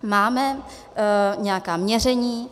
Máme nějaká měření.